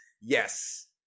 Yes